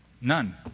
None